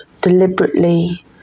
deliberately